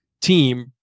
team